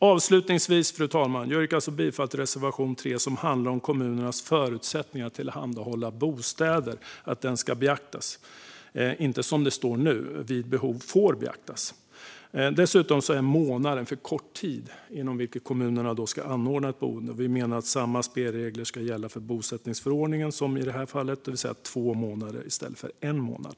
Avslutningsvis, fru talman, yrkar jag bifall till reservation 3, som handlar om att kommunernas förutsättningar att tillhandahålla bostäder ska beaktas, inte som det står nu, att det vid behov får beaktas. Den månad inom vilken kommunen ska anordna ett boende är dessutom för kort tid. Vi menar att samma spelregler som gäller för bosättningsförordningen, det vill säga två månader, ska gälla i stället för en månad.